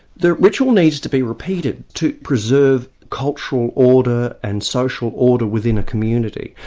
the ritual needs to be repeated to preserve cultural order and social order within a community.